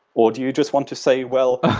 or do you just want to say, well,